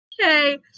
Okay